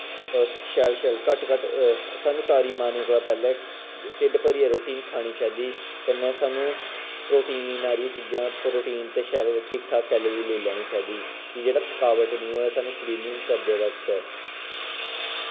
शैल शैल घट्ट घट्ट साणु तारी मारने कोला पैह्ले टिड्ढ भरियै रोटी निं खानी चाहिदी कन्नै साणु प्रोटीन आह्ली चीजां प्रोटीन ते शैल ठीक ठाक कैलरी लेई लैनी चाहिदी कि जेह्ड़ा थखावट निं होऐ साणु स्विमिंग करदे वक्त